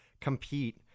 compete